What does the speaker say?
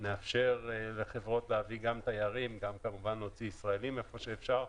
נאפשר לחברות להביא תיירים וגם כמובן נוציא ישראלים לאן שאפשר,